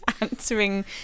answering